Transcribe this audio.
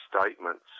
statements